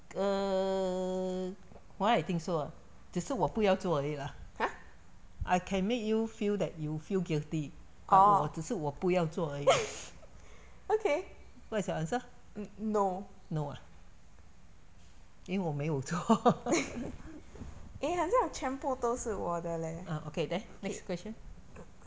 err why I think so ah 只是我不要做而已啦 I can make you feel that you feel guilty 我只是我不要做而已 what is your answer no ah 因为我没有做 ah okay then next question